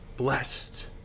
Blessed